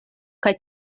kaj